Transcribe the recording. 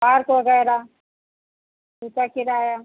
park वगैरह उसका किराया